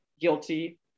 guilty